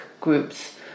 groups